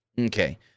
Okay